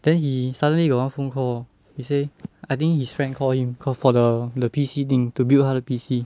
then he suddenly got one phone call he say I think his friend call him call for the the P_C thing to build 他的 P_C